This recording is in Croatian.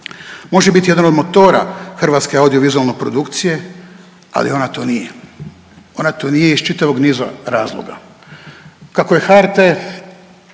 može biti jedan od motora hrvatske audiovizualne produkcije, ali ona to nije, ona to nije iz čitavog niza razloga. Kako je HRT